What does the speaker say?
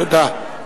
תודה.